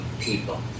people